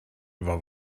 efo